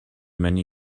many